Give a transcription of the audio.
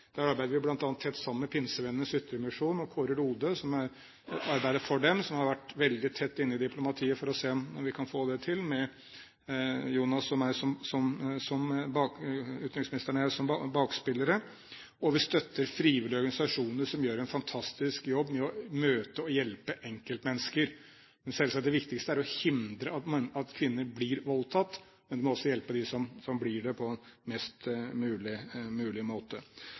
Der arbeider vi bl.a. tett sammen med Pinsevennenes Ytremisjon og Kåre Lode, som arbeider for dem, og som har vært veldig tett inne i diplomatiet for å se om vi kan få det til, med utenriksministeren og meg som bakspillere. Og vi støtter frivillige organisasjoner, som gjør en fantastisk jobb med å møte og hjelpe enkeltmennesker. Det viktigste er selvsagt å hindre at kvinner blir voldtatt, men vi må også hjelpe dem som blir det, på best mulig måte.